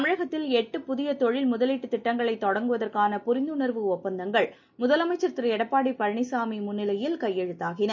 தமிழகத்தில் எட்டு புதிய தொழில் முதலீட்டு திட்டங்களை தொடங்வதற்கான புரிந்துணர்வு ஒப்பந்தங்கள் முதலமைச்சர் திரு எடப்பாடி பழனிசாமி முன்னிலையில் இன்று கையெழுதாகின